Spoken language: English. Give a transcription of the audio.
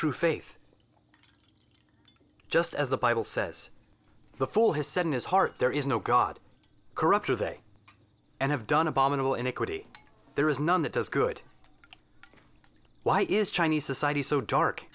true faith just as the bible says the fool has said in his heart there is no god corrupt are they and have done abominable iniquity there is none that does good why is chinese society so dark